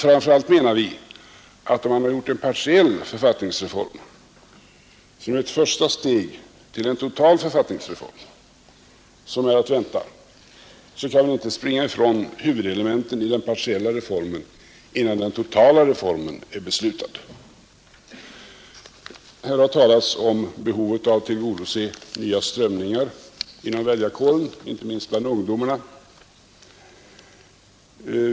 Framför allt menar vi att om man har gjort en partiell författningsreform som ett första steg mot en total författningsreform som är att vänta, så kan man inte springa ifrån huvudelementen i den partiella reformen innan den totala reformen har beslutats. Här har talats om behovet av att tillgodose nya strömningar inom väljarkåren, inte minst bland ungdomarna.